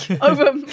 over